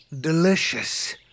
delicious